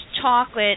chocolate